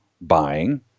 buying